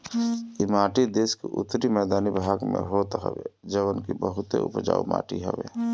इ माटी देस के उत्तरी मैदानी भाग में होत हवे जवन की बहुते उपजाऊ माटी हवे